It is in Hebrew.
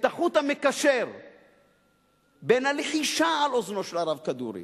את החוט המקשר בין הלחישה על אוזנו של הרב כדורי